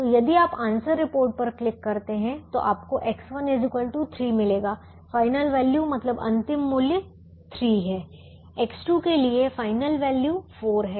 तो यदि आप आंसर रिपोर्ट पर क्लिक करते हैं तो आपको X1 3 मिलेगा फाइनल वैल्यू मतलब अंतिम मूल्य 3 है X2 के लिए फाइनल वैल्यू 4 है